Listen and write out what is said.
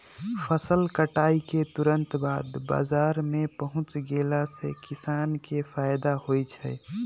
फसल कटाई के तुरत बाद बाजार में पहुच गेला से किसान के फायदा होई छई